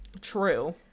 True